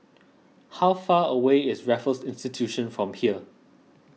how far away is Raffles Institution from here